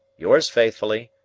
yours faithfully,